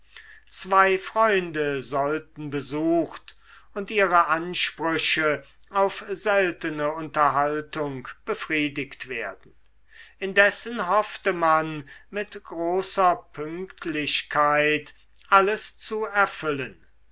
zwei freunde sollten besucht und ihre ansprüche auf seltene unterhaltung befriedigt werden indessen hoffte man mit großer pünktlichkeit alles zu erfüllen